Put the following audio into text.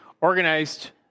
Organized